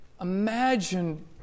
imagine